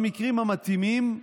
במקרים המתאימים,